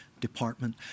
Department